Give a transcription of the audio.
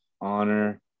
honor